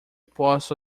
posso